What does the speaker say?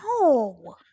No